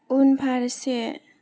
उनफारसे